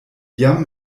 jam